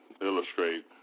illustrate